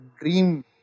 dream